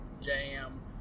jam